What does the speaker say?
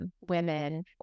women